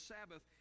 Sabbath